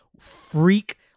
freak